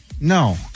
No